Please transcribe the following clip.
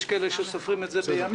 יש מי שסופרים את זה בימים,